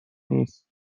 نیست